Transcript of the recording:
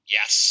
yes